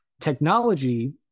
Technology